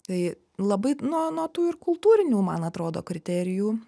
tai labai nuo nuo tų ir kultūrinių man atrodo kriterijų